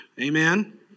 Amen